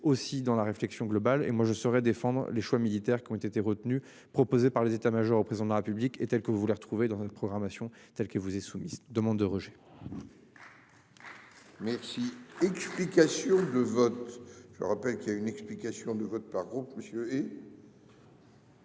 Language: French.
aussi dans la réflexion globale. Et moi je saurai défendre les choix militaires qui ont été retenus, proposée par les états majors au président de la République est telle que vous voulez retrouver dans notre programmation tels que vous est soumis demande de Roger. Merci. Explications de vote. Je rappelle qu'il y a une explication de vote par groupe monsieur et.